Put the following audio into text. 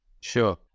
Sure